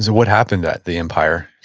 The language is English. what happened at the empire?